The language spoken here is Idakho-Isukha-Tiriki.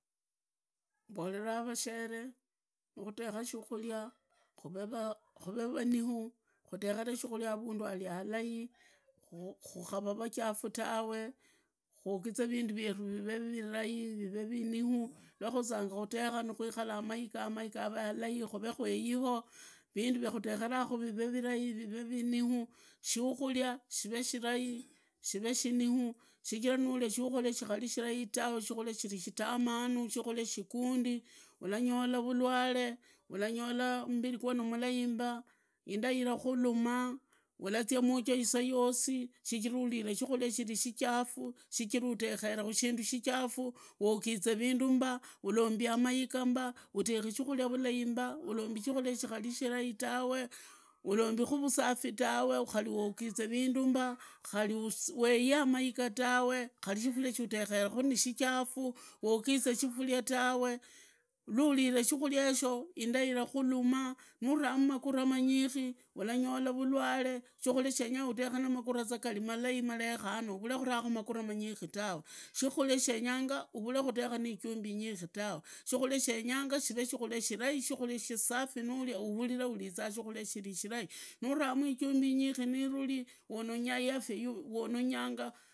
Mborera vashere nukhutekha shikhuria kuvee vaniu, khutekhere shikuria avundi ali halai, khukhara vachafu tawe, kwogize vindu vyeru vive virai vive, viniu, rwakhuzanga khufegha nuhwikhala amaiga, amaiga ao avee alai kuvee kwelo, vvindu vya khutegheraku vive virai, vive viniu shikhuria, shive shirai, shire shiu, shichira nureki shikuria shikhari shirai tawe, shikuria shiri shitamanu, shigundu, wanyole, vulwale, ulanyola mbiri gwo nimurai ta, inda irakhuluma, ulazia muchoo isayosli, shichira uvire shikhulia shiri shichafu, shichirautekere kushindu shichira shichafu uwogize vindu mba, ulombi amaiga mba, udekhi shikhuria vulai mba, ulombi shikhulia shikari shilai tawe, ulombi khari vusafi tawe, ougize vindu mba, khari uweiyii amaiga tawe, kharishifuria shutekhere nishichafu, uogize kifuria tawe, lurire shikhuria yesho inda ilakuluma muraamu magura manyighi, ulanyola vulwale, shikhuria shenga udekhu na magura gari za malai malekhano, uvuve kanakhu magura manyighi tawe, shikhulia shenyanga uvule kudekha ni ijumbi inyikhi tawe, shikhulia shenyanga shivee shikhulia shilai, shikhulia shisafi nuria uhulila urizanga shikhulia shiri shirai, nyarakhu ifundi inyingi niruri uononya lafya.